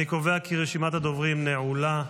אני קובע כי רשימת הדוברים נעולה.